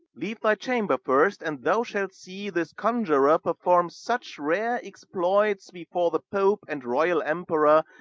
leave thy chamber first, and thou shalt see this conjurer perform such rare exploits, before the pope and royal emperor,